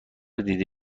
دیده